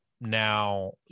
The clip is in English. now